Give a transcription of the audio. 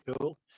cool